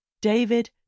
David